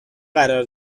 قرار